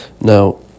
Now